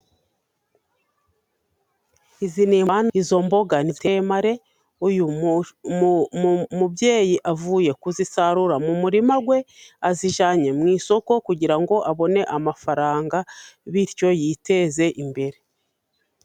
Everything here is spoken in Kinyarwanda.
Izo mboga ni temare uyu mubyeyi avuye kuzisarura mu murima we azijyananye mu isoko kugira ngo abone amafaranga bityo yiteze imbere